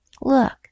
Look